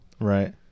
Right